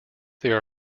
there